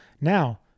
now